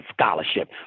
scholarship